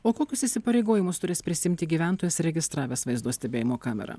o kokius įsipareigojimus turės prisiimti gyventojas registravęs vaizdo stebėjimo kamerą